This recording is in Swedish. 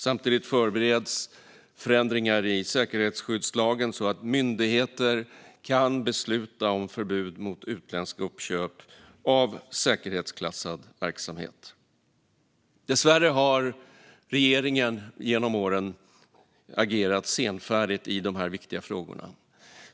Samtidigt förbereds ändringar i säkerhetsskyddslagen så att myndigheter kan besluta om förbud mot utländska uppköp av säkerhetsklassad verksamhet. Dessvärre har regeringen genom åren agerat senfärdigt i dessa viktiga frågor.